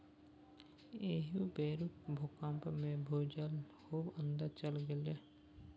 एहि बेरुक भूकंपमे भूजल खूब अंदर चलि गेलै